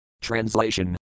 Translation